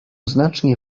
znacznie